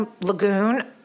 Lagoon